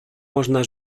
można